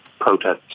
protests